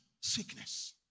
sickness